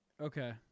Okay